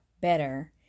better